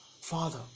Father